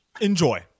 Enjoy